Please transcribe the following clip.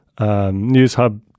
NewsHub